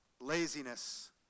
laziness